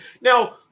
now